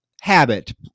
habit